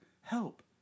help